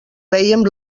veiem